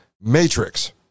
Matrix